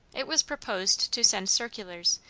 it was proposed to send circulars,